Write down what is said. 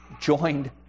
joined